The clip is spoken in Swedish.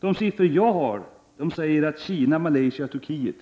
De siffror jag har säger att Kina, Malaysia och Turkiet